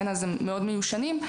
אז הם מאוד מיושנים,